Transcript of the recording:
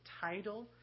title